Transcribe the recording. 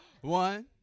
one